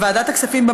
בוועדת הכספים,